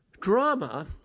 drama